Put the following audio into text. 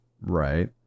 right